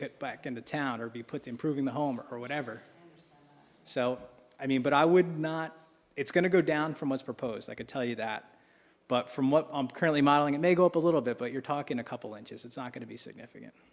get back into town or be put to improving the home or whatever so i mean but i would not it's going to go down for most proposed i could tell you that but from what i'm currently modeling it may go up a little bit but you're talking a couple inches it's not going to be significant